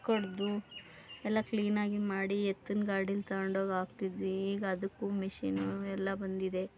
ಕಡಿದು ಎಲ್ಲ ಕ್ಲೀನಾಗಿ ಮಾಡಿ ಎತ್ತಿನ ಗಾಡೀಲಿ ತಗೊಂಡೋಗಾಕ್ತಿದ್ವಿ ಈಗ ಅದಕ್ಕೂ ಮಿಷಿನ್ನು ಎಲ್ಲ ಬಂದಿದೆ